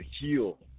heal